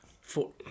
Four